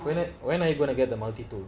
when when are you going to get the multi tool